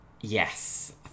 Yes